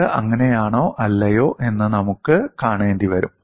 ഇത് അങ്ങനെയാണോ അല്ലയോ എന്ന് നമുക്ക് കാണേണ്ടി വരും